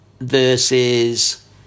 versus